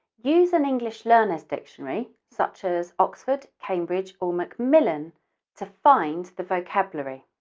use an english learner's dictionary such as oxford, cambridge, or macmillan to find the vocabulary.